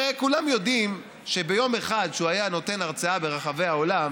הרי כולם יודעים שביום אחד שהוא היה נותן הרצאה ברחבי העולם